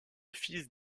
fils